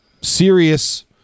serious